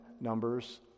Numbers